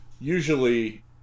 usually